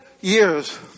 years